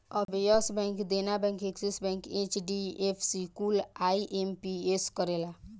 अब Yes Bank, Dena Bank, Axis Bank, HDFC कुल IMPS करेला